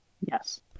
Yes